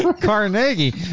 Carnegie